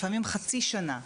לפעמים חצי שנה,